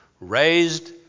Raised